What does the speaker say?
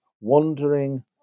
wandering